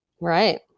Right